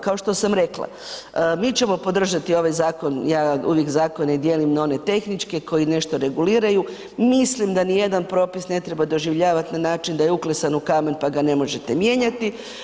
Kao što sam rekla, mi ćemo podržati ovaj zakon, ja uvijek zakone dijelim na one tehničke koji nešto reguliraju, mislim da ni jedan propis ne treba doživljavati na način da je uklesan u kamen pa ga ne možete mijenjati.